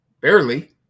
Barely